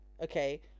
okay